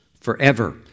forever